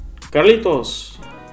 Carlitos